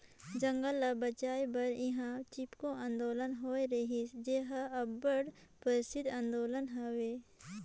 जंगल ल बंचाए बर इहां चिपको आंदोलन होए रहिस जेहर अब्बड़ परसिद्ध आंदोलन हवे